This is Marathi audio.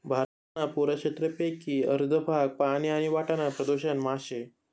भारतना पुरा क्षेत्रपेकी अर्ध भाग पानी आणि वाटाना प्रदूषण मा शे